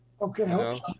Okay